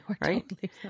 Right